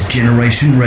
Generation